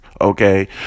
Okay